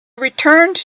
returned